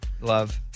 Love